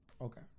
Okay